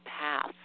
path